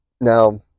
Now